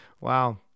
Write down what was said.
wow